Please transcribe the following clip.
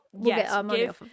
yes